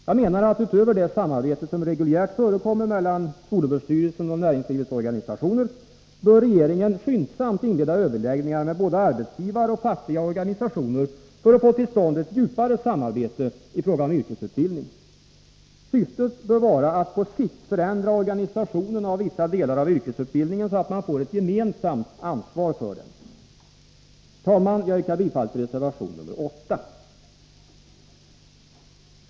Jag menar att utöver det samarbete som reguljärt förekommer mellan skolöverstyrelsen och näringslivets organisationer bör regeringen skyndsamt inleda överläggningar med både arbetsgivare och fackliga organisationer för att få till stånd ett djupare samarbete i fråga om yrkesutbildning. Syftet bör vara att på sikt förändra organisationen av vissa delar av yrkesutbildningen så att man får ett gemensamt ansvar för den. Herr talman! Jag yrkar bifall till reservation nr 8.